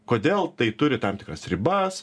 kodėl tai turi tam tikras ribas